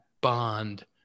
bond